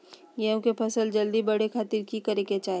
गेहूं के फसल जल्दी बड़े खातिर की करे के चाही?